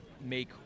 make